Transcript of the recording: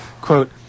Quote